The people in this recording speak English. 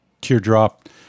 Teardrop